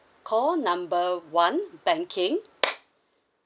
call number one banking